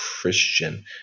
Christian